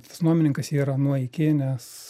tas nuomininkas yra nuo iki nes